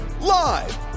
live